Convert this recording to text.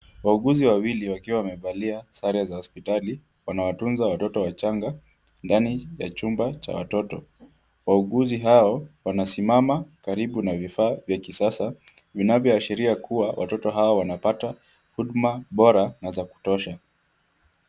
Wauguzi wawili wakiwa wamevalia sare za hospitali wanawatunza watoto wachanga ndani ya chumba cha watoto. Wauguzi hao wanasimama karibu na vifaa vya kisasa vinavyoashiria kuwa watoto hawa wanapata huduma bora na za kutosha.